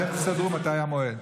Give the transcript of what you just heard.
אתם תסדרו מתי המועד.